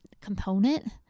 component